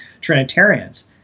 Trinitarians